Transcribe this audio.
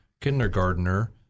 kindergartner